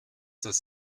das